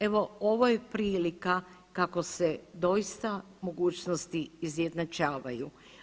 Evo ovo je prilika kako se doista mogućnosti izjednačavaju.